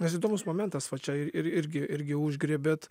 nes įdomus momentas va čia ir irgi irgi užgriebėt